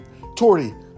Torty